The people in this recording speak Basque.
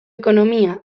ekonomia